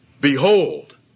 Behold